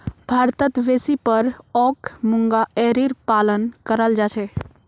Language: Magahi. भारतत बेसी पर ओक मूंगा एरीर पालन कराल जा छेक